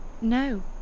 No